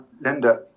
linda